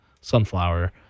Sunflower